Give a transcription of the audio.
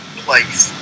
place